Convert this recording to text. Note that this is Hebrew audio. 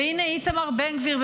והינה איתמר בן גביר,